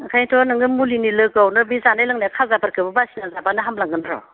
ओंखायनोथ' नोङो मुलिनि लोगोआवनो बे जानाय लोंनाय खाजाफोरखौबो बासिनो हाबानो हामलांगोन र'